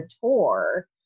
tour